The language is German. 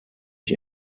ich